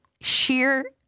sheer